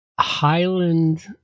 Highland